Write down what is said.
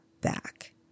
back